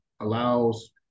allows